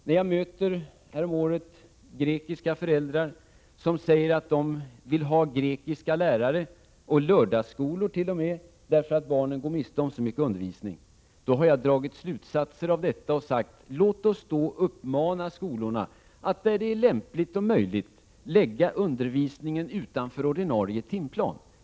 När jag, som häromåret, har mött grekiska föräldrar som säger att de vill ha grekiska lärare och t.o.m. lördagsöppn = kolor, därför att barnen går miste om så mycket undervisning, har jag dragit slutsatsen av detta och sagt att vi skall uppmana skolorna att, där det är lämpligt och möjligt, lägga undervisningen utanför ordinarie timplan.